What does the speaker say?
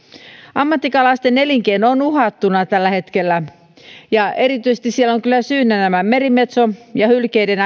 ammattikalastajien elinkeino on uhattuna tällä hetkellä ja erityisesti siellä on kyllä syynä merimetsojen ja hylkeiden